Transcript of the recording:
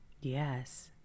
Yes